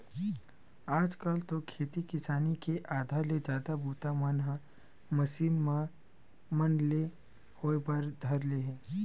आज कल तो खेती किसानी के आधा ले जादा बूता मन ह मसीन मन ले होय बर धर ले हे